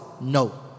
no